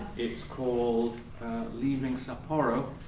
it's called leaving sapporo,